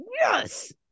Yes